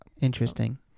interesting